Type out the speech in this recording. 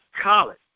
college